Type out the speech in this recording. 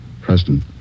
Preston